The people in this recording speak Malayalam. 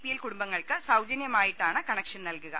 പിഎൽ കുടുംബങ്ങൾക്ക് സൌജന്യമായിട്ടാണ് കണക്ഷൻ നൽകുക